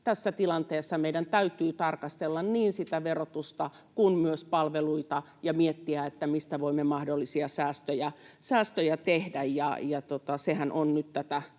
tässä tilanteessa meidän täytyy tarkastella niin sitä verotusta kuin palveluita ja miettiä, mistä voimme mahdollisia säästöjä tehdä. Sehän on nyt tätä